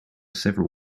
several